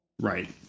right